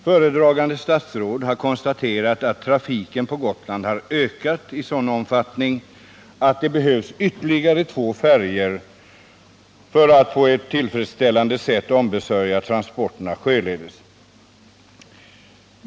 Föredragande statsråd har konstaterat att trafiken på Gotland har ökat i sådan omfattning att det behövs ytterligare två färjor för att på ett tillfredsställande sätt ombesörja transporter sjöledes.